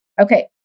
Okay